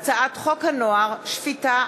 הצעת חוק הנוער (שפיטה,